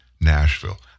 Nashville